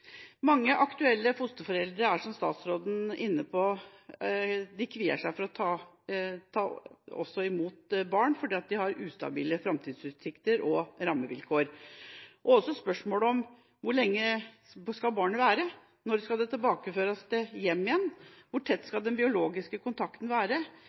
mange aktuelle fosterforeldre seg for å ta imot barn på grunn av ustabile framtidsutsikter og rammevilkår. Hvor lenge skal barnet være, når skal det tilbakeføres hjem igjen, hvor tett skal den biologiske kontakten være,